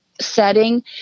setting